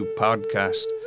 podcast